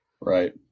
Right